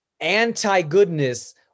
anti-goodness